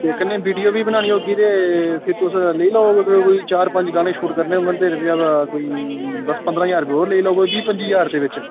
ते कन्नै वीडियो बी बनानी होगी ते फिर तुस लेई लेओ कोई चार पंज गाने शूट करने होङन ते रपेआ कोई दस पंदरां ज्हार होर लेई लैओ बीह् पंजी ज्हार दे बिच्च